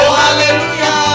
hallelujah